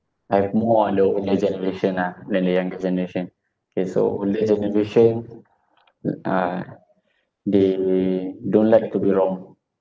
I have more on the older generation ah than the younger generation K so older generation uh they don't like to be wrong